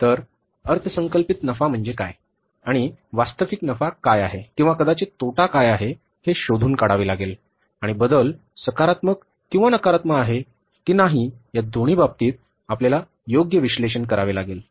तर अर्थसंकल्पित नफा म्हणजे काय आणि वास्तविक नफा काय आहे किंवा कदाचित तोटा काय आहे हे शोधून काढावे लागेल आणि बदल सकारात्मक किंवा नकारात्मक आहे की नाही या दोन्ही बाबतीत आपल्याला योग्य विश्लेषण करावे लागेल